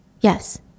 Yes